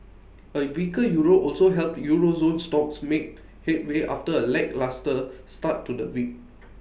A weaker euro also helped euro zone stocks make headway after A lacklustre start to the week